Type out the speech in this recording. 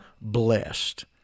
blessed